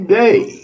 day